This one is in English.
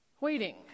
waiting